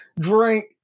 drink